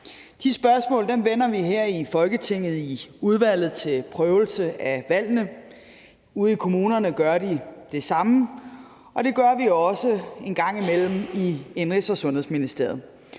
De spørgsmål vender vi her i Folketinget i Udvalget til Prøvelse af Valgene. Ude i kommunerne gør de det samme, og vi gør det også en gang mellem i Indenrigs- og Sundhedsministeriet.